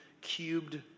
cubed